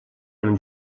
amb